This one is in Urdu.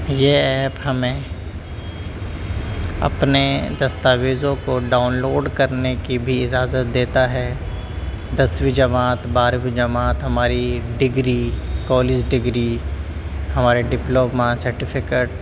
یہ ایپ ہمیں اپنے دستاویزوں کو ڈاؤنلوڈ کرنے کی بھی اجازت دیتا ہے دسویں جماعت بارویں جماعت ہماری ڈگری کالج ڈگری ہمارے ڈپلوما سرٹیفکیٹ